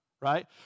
Right